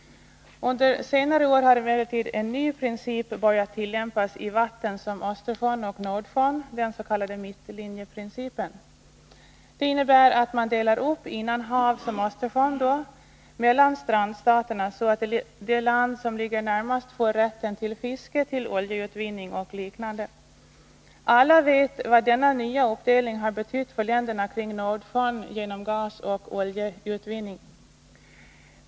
Under senare år har emellertid en ny princip börjat tillämpas i vatten som Östersjön och Nordsjön; den s.k. mittlinjeprincipen. Den innebär att man delar upp innanhav som Östersjön mellan strandstaterna så att det land som ligger närmast får rätten till fiske, oljeutvinning och liknande. Alla vet vad denna nya uppdelning har betytt för länderna kring Nordsjön genom gasoch oljeutvinning.